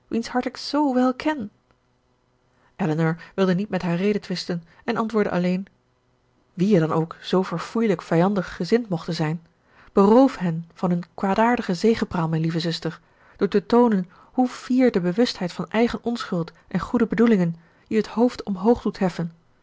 z wel ken elinor wilde niet met haar redetwisten en antwoordde alleen wie je dan ook zoo verfoeilijk vijandig gezind mochten zijn beroof hen van hun kwaadaardige zegepraal mijn lieve zuster door te toonen hoe fier de bewustheid van eigen onschuld en goede bedoelingen je het hoofd omhoog doet heffen